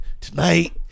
tonight